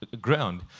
ground